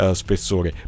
spessore